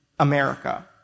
America